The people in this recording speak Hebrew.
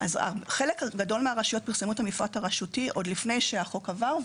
חלק גדול מהרשויות פרסמו את המפרט הרשותי עוד לפני שהחוק עבר,